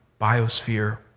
Biosphere